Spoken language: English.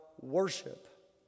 worship